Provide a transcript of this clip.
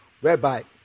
whereby